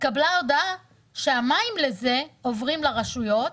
התקבלה הודעה שהמים לזה עוברים לרשויות,